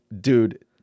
dude